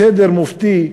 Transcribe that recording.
בסדר מופתי,